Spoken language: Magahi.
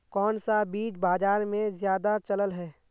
कोन सा बीज बाजार में ज्यादा चलल है?